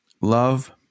love